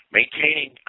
maintaining